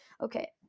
Okay